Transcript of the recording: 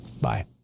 Bye